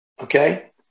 okay